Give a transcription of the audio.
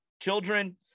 children